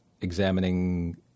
examining